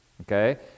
okay